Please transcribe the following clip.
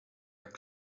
are